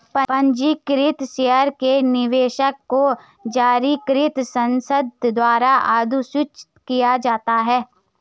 पंजीकृत शेयरों के निवेशक को जारीकर्ता संस्था द्वारा अधिसूचित किया जाता है